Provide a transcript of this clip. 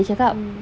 mm